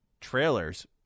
trailers